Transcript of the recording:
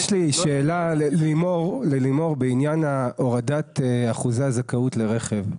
יש לי שאלה ללימור בעניין הורדת אחוזי הזכאות לרכב.